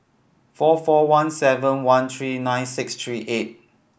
four four one seven one three nine six three eight